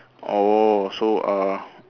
oh so err